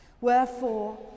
Wherefore